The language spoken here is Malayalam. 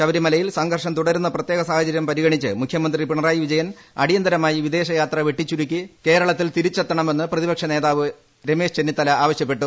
ശബരിമലയിൽ സംഘർഷം തുടരുന്ന പ്രത്യേക സാഹചര്യം പരിഗണിച്ച് മുഖ്യമന്ത്രി പിണറായി വിജയൻ അടിയന്തരമായി വിദേശയാത്ര വെട്ടിച്ചുരുക്കി കേരളത്തിൽ തിരിച്ചെത്തണമെന്ന് പ്രതി പക്ഷ നേതാവ് രമേശ് ചെന്നിത്തല ആവശൃപ്പെട്ടു